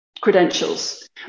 credentials